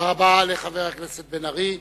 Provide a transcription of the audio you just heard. תודה רבה לחבר הכנסת בן-ארי.